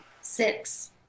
Six